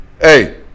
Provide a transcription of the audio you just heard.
Hey